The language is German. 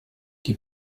die